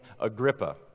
Agrippa